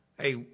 Hey